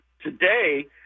today